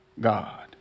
God